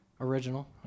original